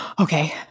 Okay